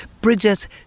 Bridget